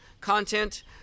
Content